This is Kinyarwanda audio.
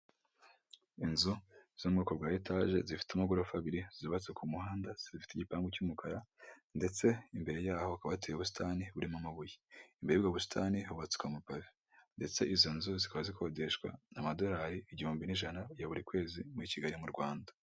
Inzu zo mubwoko bwa etage zifite amagorofa abiri zubatswe ku muhanda, zifite igipangu cy'umukara ndetse imbere yaho kateye ubusitani burimo amabuye. Mbega ubwo ubusitani ahubatswe amapaji ndetse izo nzu zikaba zikodeshwa n'amadolari igihumbi n'ijana ya buri kwezi muri kigali mu Rwanda.